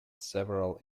several